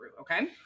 Okay